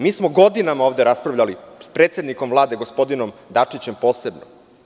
Mi smo godinama ovde raspravljali s predsednikom Vlade, gospodinom Dačićem, posebno.